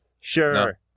sure